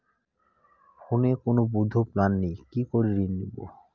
ফোনে কোন বৈধ প্ল্যান নেই কি করে ঋণ নেব?